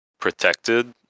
protected